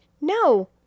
No